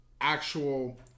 actual